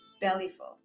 bellyful